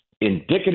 indicative